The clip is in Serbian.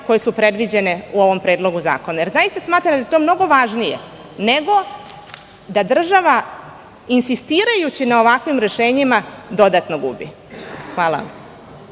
koje su predviđene u ovom predlogu zakona. Zaista smatram da je to mnogo važnije nego da država insistirajući na ovakvim rešenjima dodatno gubi. Hvala.